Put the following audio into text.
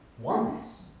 oneness